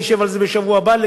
נשב על זה בשבוע הבא,